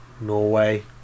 Norway